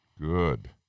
Good